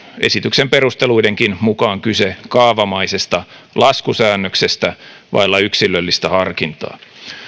esityksen perusteluidenkin mukaan kyse kaavamaisesta laskusäännöksestä vailla yksilöllistä harkintaa